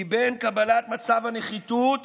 כי בין קבלת מצב הנחיתות